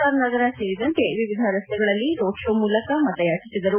R Nagar ಸೇರಿದಂತೆ ವಿವಿಧ ರಸ್ತೆಗಳಲ್ಲಿ ರೋಡ್ ಶೋ ಮೂಲಕ ಮತ ಯಾಚಿಸಿದರು